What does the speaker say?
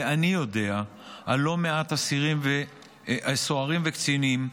ואני יודע על לא מעט סוהרים וקצינים,